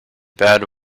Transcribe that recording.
bad